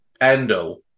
endo